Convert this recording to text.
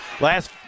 Last